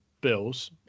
Bills